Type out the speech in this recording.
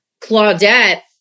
Claudette